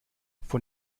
von